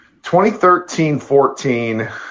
2013-14